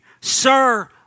sir